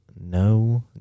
no